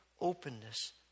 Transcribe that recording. openness